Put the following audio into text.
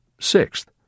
Sixth